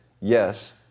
yes